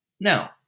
Now